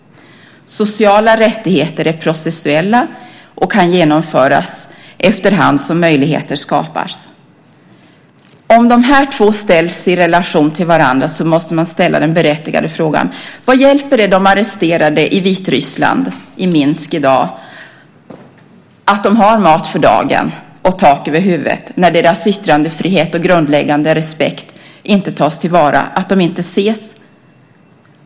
Sociala rättigheter är processuella och kan genomföras efterhand som möjligheter skapas. Om dessa två ställs i relation till varandra måste man också ställa den berättigade frågan: Vad hjälper det de arresterade i Minsk i Vitryssland i dag att de har mat för dagen och tak över huvudet när deras yttrandefrihet och grundläggande respekt inte tas till vara, att de inte ses?